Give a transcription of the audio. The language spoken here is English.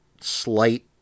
slight